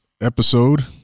episode